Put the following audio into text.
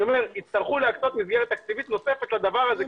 יצטרכו להקצות מסגרת תקציבית נוספת לדבר הזה.